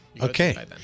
Okay